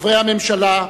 חברי הממשלה,